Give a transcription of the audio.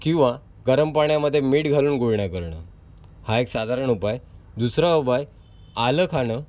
किंवा गरम पाण्यामध्ये मीठ घालून गुळण्या करणं हा एक साधारण उपाय दुसरा उपाय आलं खाणं